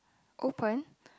open